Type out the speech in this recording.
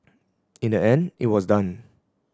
in the end it was done